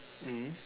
mm